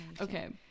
Okay